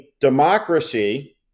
democracy